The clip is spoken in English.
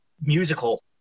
musical